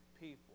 people